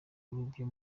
byo